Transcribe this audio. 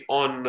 on